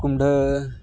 ᱠᱩᱢᱲᱟᱹ